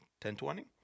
10.20